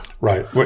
Right